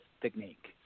technique